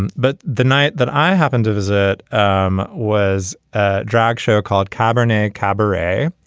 and but the night that i happened to visit um was a drag show called carbonate cabaret.